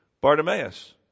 Bartimaeus